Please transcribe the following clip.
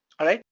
alright?